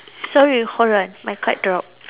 sorry hold on my card dropped